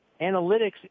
analytics